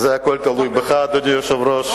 זה הכול תלוי בך, אדוני היושב-ראש.